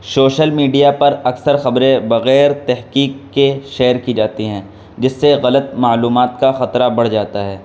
social media پر اکثر خبریں بغیر تحقیق کے شیئر کی جاتی ہیں جس سے غلط معلومات کا خطرہ بڑھ جاتا ہے